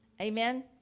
Amen